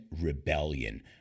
rebellion